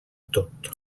tot